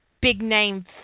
big-name